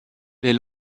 les